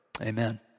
Amen